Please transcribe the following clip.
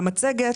לגבי המצגת.